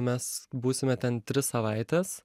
mes būsime ten tris savaites